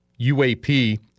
UAP